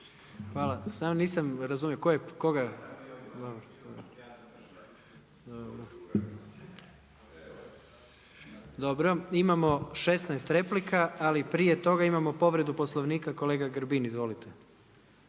sa strane, ne razumije se./… Dobro, imamo 16 replika, ali prije toga imamo povredu Poslovnika, kolega Grbin. Izvolite.